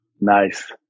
Nice